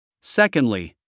Secondly